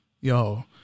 Yo